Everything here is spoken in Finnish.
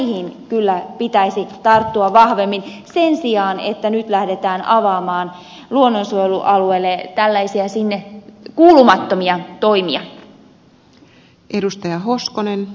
näihin kyllä pitäisi tarttua vahvemmin sen sijaan että nyt lähdetään avaamaan luonnonsuojelualueelle tällaisia sinne kuulumattomia toimia